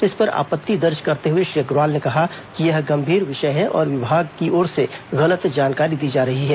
इस पर आपत्ति दर्ज करते हुए श्री अग्रवाल ने कहा कि यह गंभीर विषय है और विभाग की ओर से गलत जानकारी दी जा रही है